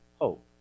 hope